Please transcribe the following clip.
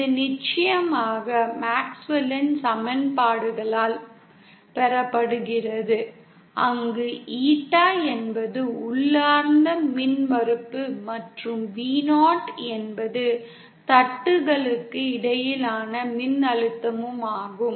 இது நிச்சயமாக மேக்ஸ்வெல்லின் சமன்பாடுகளால் பெறப்படுகிறது அங்கு ஈட்டா என்பது உள்ளார்ந்த மின்மறுப்பு மற்றும் Vo என்பது தட்டுகளுக்கு இடையிலான மின்னழுத்தமாகும்